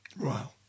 Wow